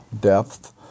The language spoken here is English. depth